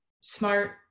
smart